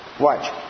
Watch